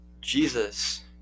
Jesus